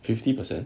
fifty percent